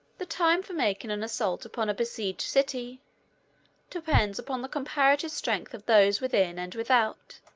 the time for making an assault upon a besieged city depends upon the comparative strength of those within and without,